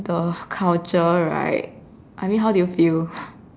the culture right I mean how do you feel